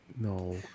no